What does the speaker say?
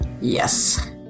Yes